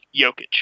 Jokic